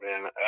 man